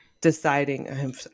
deciding